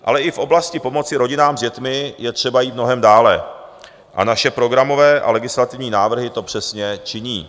Ale i v oblasti pomoci rodinám s dětmi je třeba jít mnohem dále a naše programové a legislativní návrhy to přesně činí.